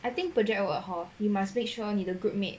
I think project work hor you must make sure 你的 group mate